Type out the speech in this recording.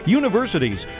universities